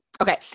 Okay